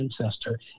ancestor